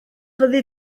fyddi